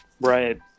Right